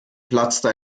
platzte